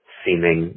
seeming